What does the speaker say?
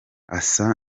asa